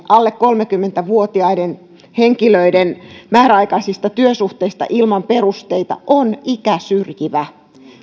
alle kolmekymmentä vuotiaiden henkilöiden määräaikaisista työsuhteista ilman perusteita on ikäsyrjivä